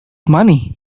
money